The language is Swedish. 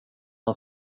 han